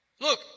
look